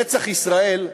"נצח ישראל",